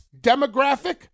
demographic